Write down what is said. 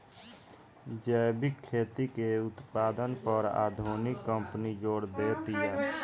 जैविक खेती के उत्पादन पर आधुनिक कंपनी जोर देतिया